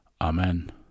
Amen